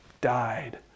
died